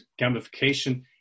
gamification